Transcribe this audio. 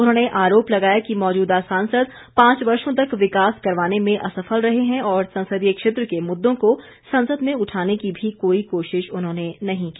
उन्होंने आरोप लगाया है कि मौजूदा सांसद पांच वर्षो तक विकास करवाने में असफल रहे हैं और संसदीय क्षेत्र के मुददों को संसद में उठाने की भी कोई कोशिश उन्होंने नहीं की